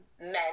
men